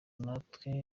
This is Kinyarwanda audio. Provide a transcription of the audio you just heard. natwe